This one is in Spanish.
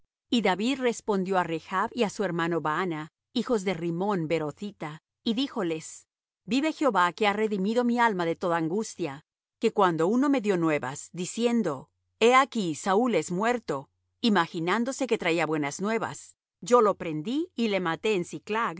y david respondió á rechb y á su hermano baana hijos de rimmón beerothita y díjoles vive jehová que ha redimido mi alma de toda angustia que cuando uno me dió nuevas diciendo he aquí saúl es muerto imaginándose que traía buenas nuevas yo lo prendí y le maté en